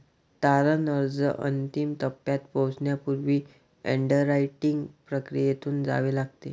तारण अर्ज अंतिम टप्प्यात पोहोचण्यापूर्वी अंडररायटिंग प्रक्रियेतून जावे लागते